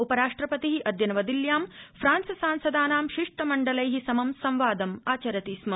उपराष्ट्रपति अद्य नवदिल्यां फ्रांस सांसदानां शिष्टमण्डलै समं सम्वादमाचरति स्म